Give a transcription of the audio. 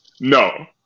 No